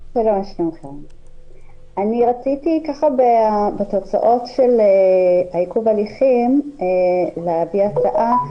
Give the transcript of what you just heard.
רציתי בתוצאות של עיכוב הליכים להביא הצעה,